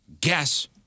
guess